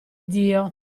dio